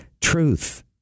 truth